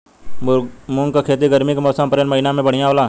मुंग के खेती गर्मी के मौसम अप्रैल महीना में बढ़ियां होला?